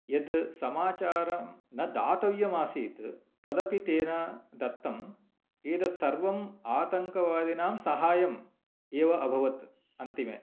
यद् समाचारं न दातव्यम् आसीत् तदपि तेन दत्तं एतद् सर्वं आतङ्कवादिनां सहायं एव अभवत् अन्तिमे